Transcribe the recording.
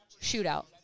Shootout